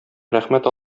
рәхмәт